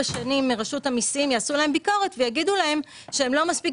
שנים מרשות המיסים ויעשו להם ביקורת ויאמרו להם שהם לא מספיק